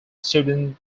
student